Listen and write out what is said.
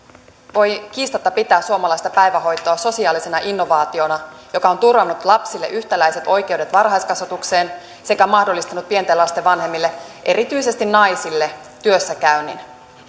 voi kiistatta pitää suomalaista päivähoitoa sosiaalisena innovaationa joka on turvannut lapsille yhtäläiset oikeudet varhaiskasvatukseen sekä mahdollistanut pienten lasten vanhemmille erityisesti naisille työssäkäynnin